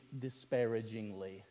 disparagingly